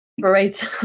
Great